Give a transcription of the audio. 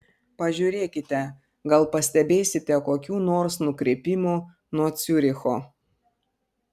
pažiūrėkite gal pastebėsite kokių nors nukrypimų nuo ciuricho